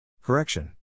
Correction